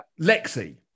Lexi